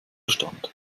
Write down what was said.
stand